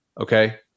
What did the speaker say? okay